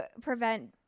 prevent